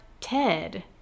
Ted